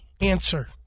answer